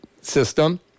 system